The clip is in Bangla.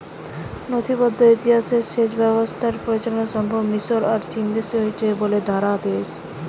নথিবদ্ধ ইতিহাসে সেচ ব্যবস্থার প্রথম প্রচলন সম্ভবতঃ মিশর আর চীনদেশে হইছিল বলে ধরা হয়